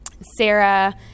Sarah